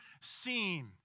seen